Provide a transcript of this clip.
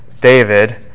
David